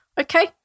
Okay